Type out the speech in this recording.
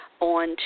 on